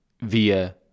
via